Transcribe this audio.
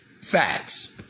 Facts